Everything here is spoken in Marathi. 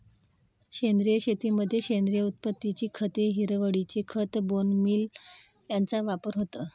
सेंद्रिय शेतीमध्ये सेंद्रिय उत्पत्तीची खते, हिरवळीचे खत, बोन मील यांचा वापर होतो